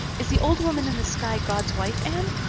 is the old woman in the sky god's wife, anne?